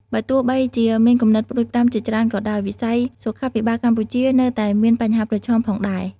បើទោះបីជាមានគំនិតផ្តួចផ្តើមជាច្រើនក៏ដោយ វិស័យសុខាភិបាលកម្ពុជានៅតែមានបញ្ហាប្រឈមផងដែរ។